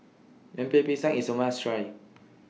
Lemper Pisang IS A must Try